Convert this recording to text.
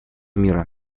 мира